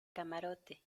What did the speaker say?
camarote